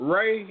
Ray